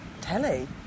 telly